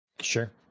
Sure